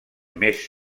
més